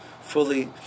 fully